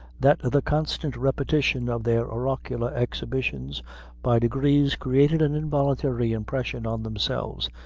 that the constant repetition of their oracular exhibitions by degrees created an involuntary impression on themselves,